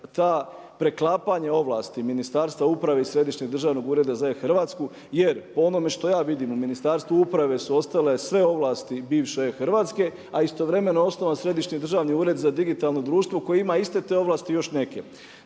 to preklapanje ovlasti Ministarstva uprave i Središnjeg državnog ureda za e-Hrvatsku jer po onome što ja vidim u Ministarstvu uprave su ostale sve ovlasti bivše e-Hrvatske, a istovremeno je osnovan Središnji državni ured za digitalno društvo koje ima iste te ovlasti i još neke.